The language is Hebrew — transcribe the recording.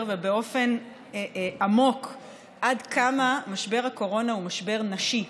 ובאופן עמוק עד כמה משבר הקורונה הוא משבר נשי.